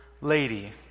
lady